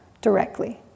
directly